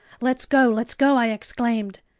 let's go, let's go! i exclaimed.